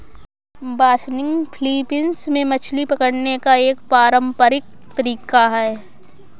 बासनिग Philippines में मछली पकड़ने का एक पारंपरिक तरीका है